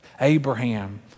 Abraham